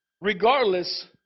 regardless